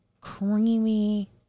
creamy